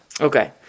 Okay